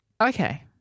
Okay